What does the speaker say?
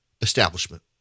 establishment